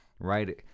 right